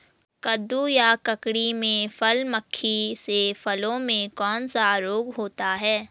कद्दू या ककड़ी में फल मक्खी से फलों में कौन सा रोग होता है?